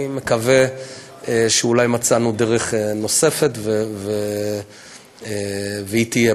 אני מקווה שאולי מצאנו דרך נוספת, והיא תהיה.